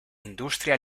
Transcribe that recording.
industria